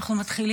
הזמן